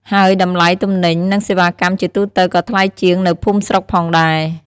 ហើយតម្លៃទំនិញ និងសេវាកម្មជាទូទៅក៏ថ្លៃជាងនៅភូមិស្រុកផងដែរ។